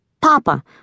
Papa